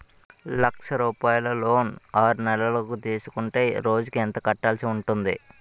లక్ష రూపాయలు లోన్ ఆరునెలల కు తీసుకుంటే రోజుకి ఎంత కట్టాల్సి ఉంటాది?